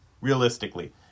realistically